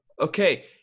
Okay